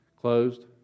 closed